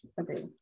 okay